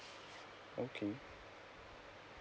okay